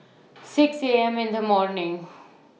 six A M in The morning